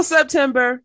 September